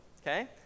okay